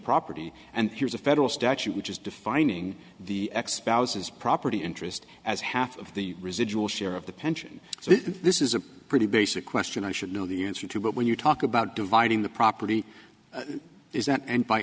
property and here's a federal statute which is defining the expos as property interest as half of the residual share of the pension so this is a pretty basic question i should know the answer to but when you talk about dividing the property is